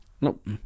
Nope